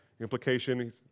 Implication